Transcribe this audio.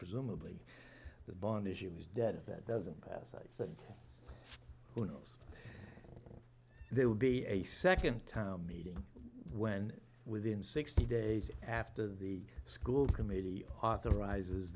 presumably the bond issue is dead if that doesn't pass i think who knows there will be a second town meeting when within sixty days after the school committee authorizes